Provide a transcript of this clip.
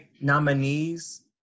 nominees